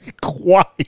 quiet